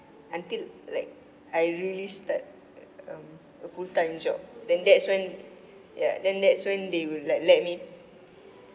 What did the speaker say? until like I really start um a full-time job then that's when ya then that's when they will like let me